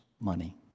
money